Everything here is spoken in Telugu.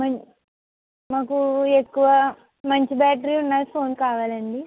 మన్ మాకు ఎక్కువ మంచి బ్యాటరీ ఉన్న ఫోన్ కావాలండి